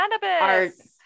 cannabis